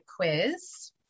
quiz